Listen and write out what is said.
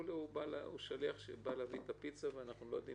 הוא כולה שליח שבא להביא את הפיצה ואנחנו לא יודעים